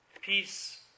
Peace